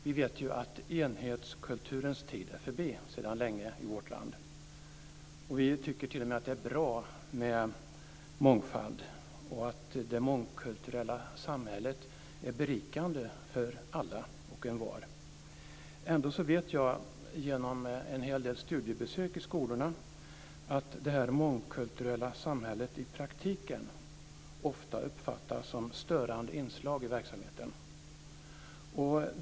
Vi vet ju att enhetskulturens tid är förbi sedan länge i vårt land. Vi tycker t.o.m. att det är bra med mångfald och att det mångkulturella samhället är berikande för alla och envar. Ändå vet jag genom en hel del studiebesök i skolorna att det mångkulturella samhället i praktiken ofta uppfattas som ett störande inslag i verksamheten.